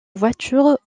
voiture